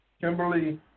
Kimberly